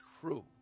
true